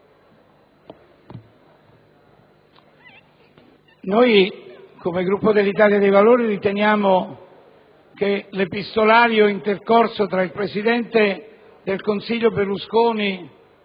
Il Gruppo dell'Italia dei Valori ritiene che l'epistolario intercorso tra il presidente del Consiglio Berlusconi